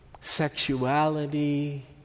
sexuality